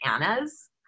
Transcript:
Anna's